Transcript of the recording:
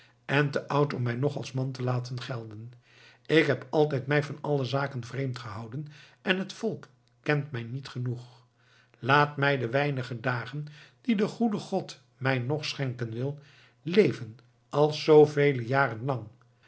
en te oud om mij nog als man te laten gelden ik heb altijd mij van alle zaken vreemd gehouden en het volk kent mij niet genoeg laat mij de weinige dagen die de goede god mij nog schenken wil leven als